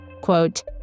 Quote